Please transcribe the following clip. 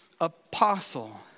apostle